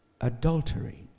adultery